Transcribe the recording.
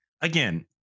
again